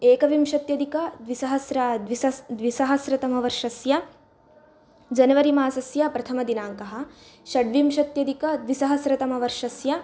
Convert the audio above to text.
एकविंशत्यधिकद्विसहस्रद्वि द्विसहस्रतमवर्षस्य जनवरि मासस्य प्रथमदिनाङ्कः षट्विंशत्यधिकद्विसहस्रतमवर्षस्य